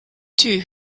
two